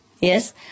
yes